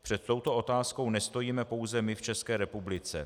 Před touto otázkou nestojíme pouze my v České republice.